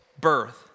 birth